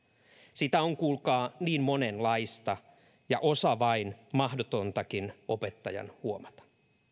sitä on kuulkaa niin monenlaista ja osa on vain mahdotontakin opettajan huomata